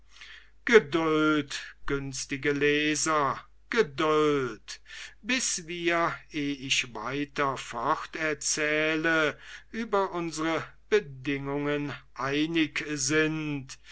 geduld günstige leser geduld bis wir eh ich weiter fort erzähle über unsre bedingungen einig sind